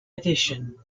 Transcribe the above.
edition